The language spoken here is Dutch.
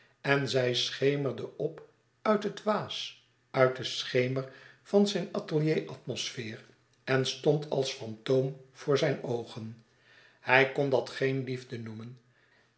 en zij schemerde op uit het waas uit den schemer van zijn atelier atmosfeer en stond als fantoom voor zijn oogen hij kon dat geen liefde noemen